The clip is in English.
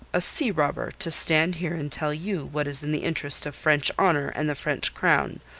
a sea-robber, to stand here and tell you what is in the interest of french honour and the french crown.